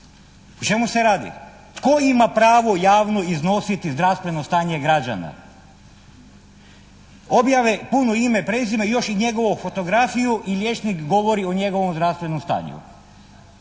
O čemu se radi? Tko ima pravo javno iznositi zdravstveno stanje građana? Objave puno ime i prezime, još i njegovu fotografiju i liječnik govori o njegovom zdravstvenom stanju.